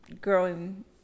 growing